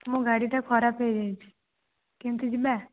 ମୋ ଗାଡ଼ିଟା ଖରାପ ହୋଇଯାଇଛି କେମିତି ଯିବା